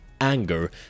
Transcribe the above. anger